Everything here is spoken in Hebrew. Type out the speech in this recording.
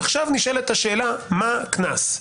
עכשיו נשאלת השאלה: מה הקנס?